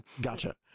Gotcha